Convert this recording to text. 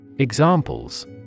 Examples